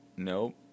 Nope